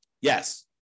Yes